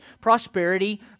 prosperity